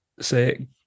Say